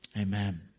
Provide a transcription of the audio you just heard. Amen